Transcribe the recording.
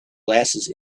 glasses